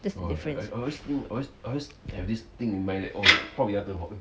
that's the difference